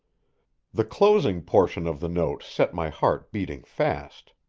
the closing portion of the note set my heart beating fast.